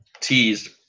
teased